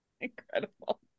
Incredible